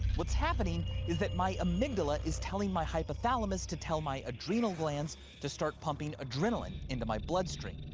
what's happening is that my amygdala is telling my hypothalamus to tell my adrenal glands to start pumping adrenaline into my bloodstream.